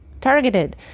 targeted